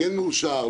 כן מאושר,